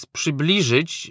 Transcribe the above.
przybliżyć